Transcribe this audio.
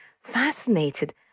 fascinated